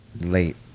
late